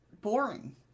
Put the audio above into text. boring